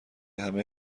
همه